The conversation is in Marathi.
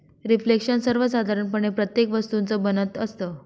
रिफ्लेक्शन सर्वसाधारणपणे प्रत्येक वस्तूचं बनत असतं